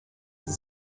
sie